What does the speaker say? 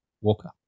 Walker